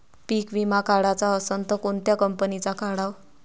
पीक विमा काढाचा असन त कोनत्या कंपनीचा काढाव?